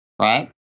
right